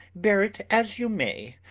beare it as you may,